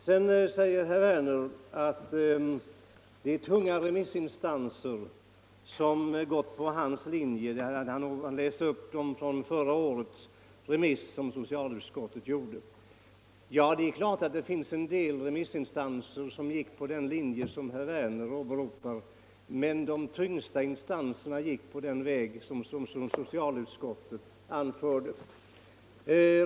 Sedan säger herr Werner att de tunga remissinstanserna hade följt hans linje — han läste upp en del av den redovisning av remissbehandlingen förra året som socialutskottet gjorde. Det är klart att det fanns en del remissinstanser som anslöt sig till den linje som herr Werner åberopar, men de tyngsta instanserna följde den väg som socialutskottet anvisade.